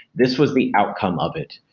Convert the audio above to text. this was the outcome of it.